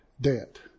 debt